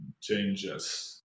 changes